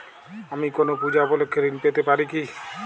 আমি কোনো পূজা উপলক্ষ্যে ঋন পেতে পারি কি?